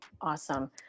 Awesome